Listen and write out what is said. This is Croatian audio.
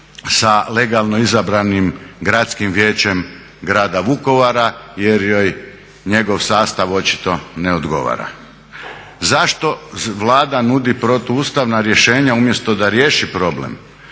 sa legalno izabranim Gradskim vijećem grada Vukovara jer joj njegov sastav očito ne odgovara. Zašto Vlada nudi protuustavna rješenja umjesto da riješi problem?